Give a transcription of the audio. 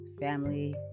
family